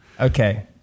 Okay